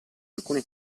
alcuni